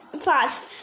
fast